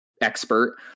expert